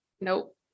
nope